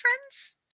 friends